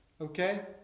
Okay